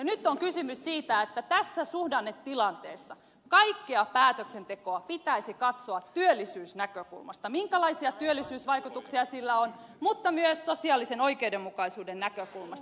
nyt on kysymys siitä että tässä suhdannetilanteessa kaikkea päätöksentekoa pitäisi katsoa työllisyysnäkökulmasta minkälaisia työllisyysvaikutuksia sillä on mutta myös sosiaalisen oikeudenmukaisuuden näkökulmasta